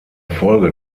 folge